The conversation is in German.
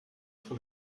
von